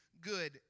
good